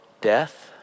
death